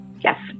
yes